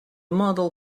model